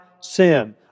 sin